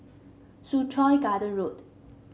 Soo Chow Garden Road